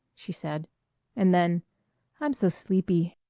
she said and then i'm so sleepy.